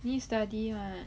need study [what]